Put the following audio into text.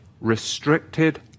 Restricted